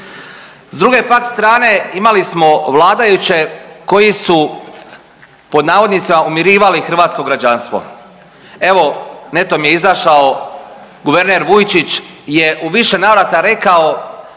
S druge pak strane imali smo vladajuće koji su pod navodnicima umirivali hrvatsko građanstvo. Evo, netom je izašao guverner Vujčić je u više navrata rekao